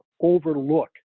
overlook